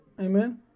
amen